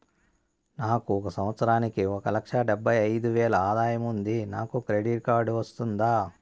నాకు ఒక సంవత్సరానికి ఒక లక్ష డెబ్బై అయిదు వేలు ఆదాయం ఉంది నాకు క్రెడిట్ కార్డు వస్తుందా?